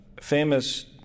famous